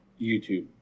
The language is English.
youtube